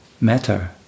matter